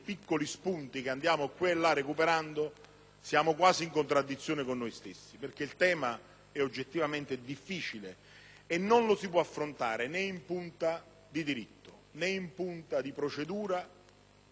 siamo quasi in contraddizione con noi stessi perché il tema è oggettivamente difficile e non lo si può affrontare né in punto di diritto, né in punto di procedura e - ahimè - nemmeno in punto di scienza.